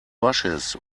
bushes